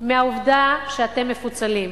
מהעובדה שאתם מפוצלים.